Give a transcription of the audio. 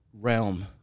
realm